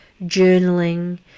journaling